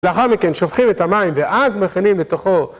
לאחר מכן שופכים את המים, ואז מכינים לתוכו...